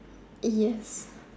yes